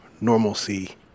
normalcy